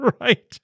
right